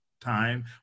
time